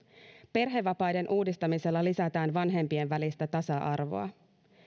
perhevapaiden uudistamisella lisätään vanhempien välistä tasa arvoa